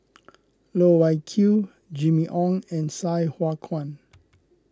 Loh Wai Kiew Jimmy Ong and Sai Hua Kuan